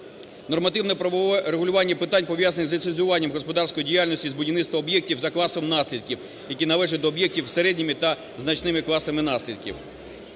Нормативне-правове врегулювання питань, пов'язаних з ліцензуванням господарської діяльності з будівництва об'єктів за класом наслідків, які належать до об'єктів з середніми та значними класами наслідків.